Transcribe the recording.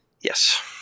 yes